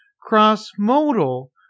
cross-modal